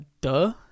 duh